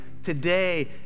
Today